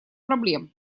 проблем